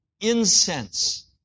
incense